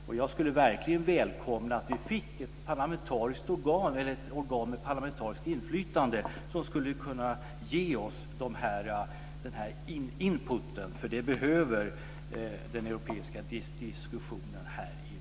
Och jag skulle verkligen välkomna att vi fick ett parlamentariskt organ eller ett organ med parlamentariskt inflytande som skulle kunna ge oss denna input, eftersom det behövs i den europeiska diskussionen här i riksdagen.